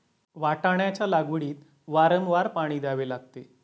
वाटाण्याच्या लागवडीत वारंवार पाणी द्यावे लागते